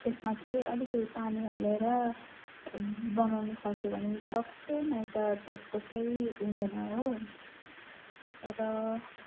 त्यसमा चाहिँ अलिकति पानी हालेर बनाउनु सक्यो भनी सक्छु नभए त त्यसको केही हुँदैन हो र